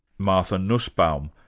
martha nussbaum.